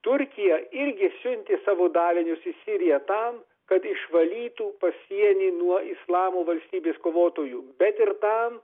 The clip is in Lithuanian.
turkija irgi siuntė savo dalinius į siriją tam kad išvalytų pasienį nuo islamo valstybės kovotojų bet ir tam